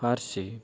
Parsi